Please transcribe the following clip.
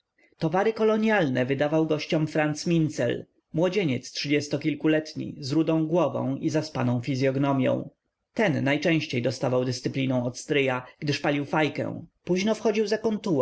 towary kolonialne wydawał gościom franz mincel młodzieniec trzydziestokilkoletni z rudą głową i zaspaną fizyognomią ten najczęściej dostawał dyscypliną od stryja gdyż palił fajkę późno wchodził za kontuar